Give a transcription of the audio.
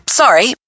sorry